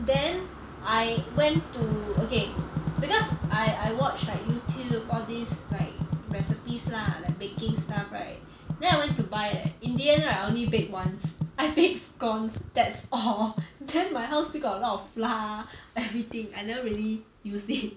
then I went to okay because I I watched like youtube all these like recipes lah like baking stuff right then I went to buy leh in the end right I only baked once I baked scones that's all then my house still got a lot of flour everything I never really use it